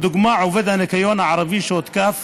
לדוגמה, עובד הניקיון הערבי שהותקף